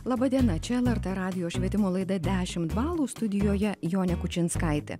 laba diena čia lrt radijo švietimo laida dešimt balų studijoje jonė kučinskaitė